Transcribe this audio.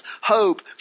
hope